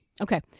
Okay